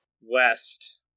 west